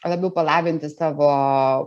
labiau palavinti savo